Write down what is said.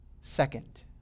second